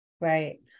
Right